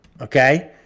okay